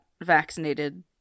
vaccinated